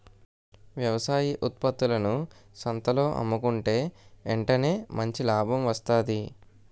వ్యవసాయ ఉత్త్పత్తులను సంతల్లో అమ్ముకుంటే ఎంటనే మంచి లాభం వస్తాది